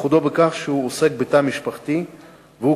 ייחודו בכך שהוא עוסק בתא המשפחתי והוא